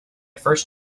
first